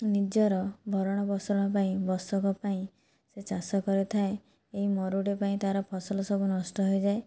ନିଜର ଭରଣ ପୋଷଣ ପାଇଁ ବର୍ଷକ ପାଇଁ ସେ ଚାଷ କରିଥାଏ ଏଇ ମରୁଡ଼ି ପାଇଁ ତାର ଫସଲ ସବୁ ନଷ୍ଟ ହୋଇଯାଏ